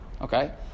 Okay